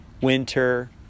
winter